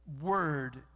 word